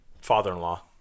father-in-law